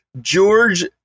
George